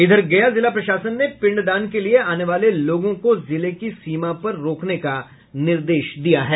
इधर गया जिला प्रशासन ने पिंडदान के लिए आने वाले लोगों को जिले की सीमा पर रोकने का निर्देश दिया है